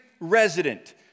resident